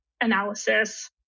analysis